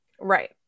Right